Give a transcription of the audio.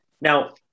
now